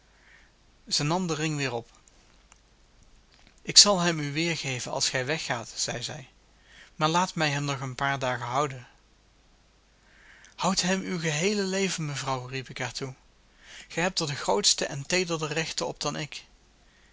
zij nam den ring weder op ik zal hem u weergeven als gij weggaat zeide zij maar laat mij hem nog een paar dagen houden houd hem uw geheele leven mevrouw riep ik haar toe gij hebt er de grootste en teederder rechten op dan ik